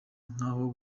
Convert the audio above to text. nk’aho